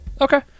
Okay